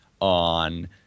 on